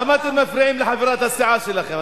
למה אתם מפריעים לחברת הסיעה שלכם?